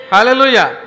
Hallelujah